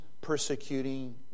persecuting